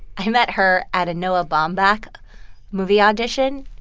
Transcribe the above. i met her at a noah baumbach movie audition.